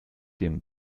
dem